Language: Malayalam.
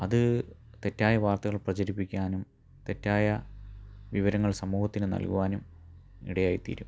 അത് തെറ്റായ വാർത്തകൾ പ്രചരിപ്പിക്കാനും തെറ്റായ വിവരങ്ങൾ സമൂഹത്തിന് നൽകുവാനും ഇടയായിത്തീരും